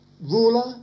Ruler